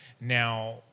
Now